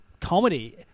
comedy